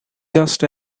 just